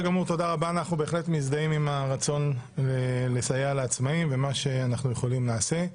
אנחנו בהחלט מזדהים עם הרצון לסייע לעצמאים ומה שאנחנו יכולים נעשה.